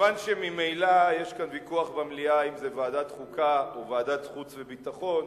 כיוון שממילא יש כאן ויכוח במליאה אם ועדת חוקה או ועדת החוץ והביטחון,